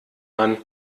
man